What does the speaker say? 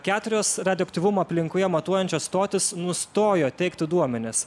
keturios radioaktyvumą aplinkoje matuojančios stotys nustojo teikti duomenis